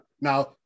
now